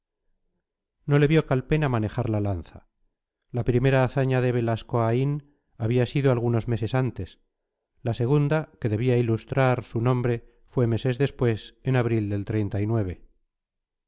y fiereza no le vio calpena manejar la lanza la primera hazaña de belascoaín había sido algunos meses antes la segunda que debía ilustrar su nombre fue meses después en abril del